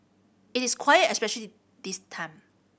it is quiet especially this time